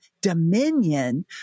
dominion